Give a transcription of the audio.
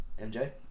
MJ